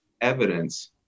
evidence